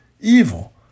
evil